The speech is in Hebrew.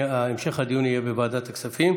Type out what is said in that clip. המשך הדיון יהיה בוועדת הכספים.